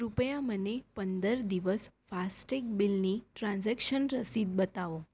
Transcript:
કૃપયા મને પંદર દિવસ ફાસ્ટેગ બિલની ટ્રાન્ઝેક્શન રસીદ બતાવો